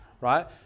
right